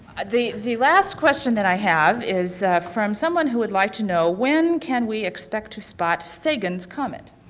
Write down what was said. the the last question that i have is from someone who would like to know when can we expect to spot sagan's comet?